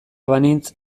banintz